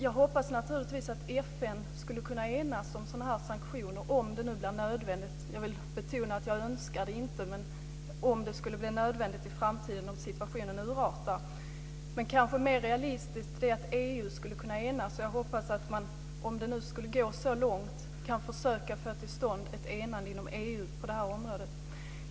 Jag hoppas naturligtvis att FN kan enas om sådana sanktioner om det blir nödvändigt. Jag vill betona att jag inte önskar det, men det blir kanske nödvändigt i framtiden om situationen urartar. Kanske mer realistiskt är att EU skulle kunna enas. Jag hoppas att man, om det skulle gå så långt, kan få till stånd ett enande inom EU på detta område.